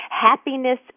Happiness